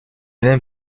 n’aime